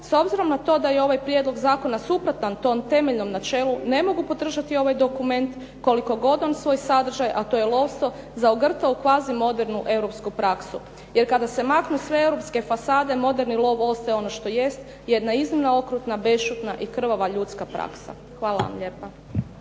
S obzirom na to da je ovaj prijedlog zakona suprotan tom temeljnom načelu ne mogu podržati ovaj dokument koliko god on svoj sadržaj, a to je lovstvo zaogrta u kvazi modernu europsku praksu. Jer kada se maknu sve europske fasade moderni lov ostaje ono što jest, jedna iznimna okrutna, bešćutna i krvava ljudska praksa. Hvala vam lijepa.